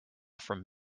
from